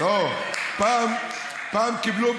פעם קיבלו,